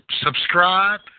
subscribe